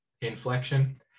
inflection